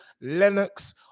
Lennox